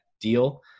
deal